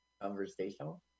Conversational